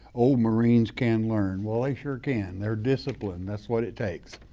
old marines can learn. well, they sure can, they're disciplined. that's what it takes.